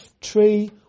tree